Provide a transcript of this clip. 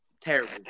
terrible